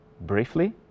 briefly